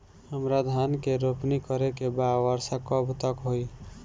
हमरा धान के रोपनी करे के बा वर्षा कब तक होई?